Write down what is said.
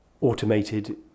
automated